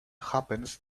happens